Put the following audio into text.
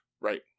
right